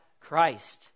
Christ